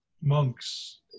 monks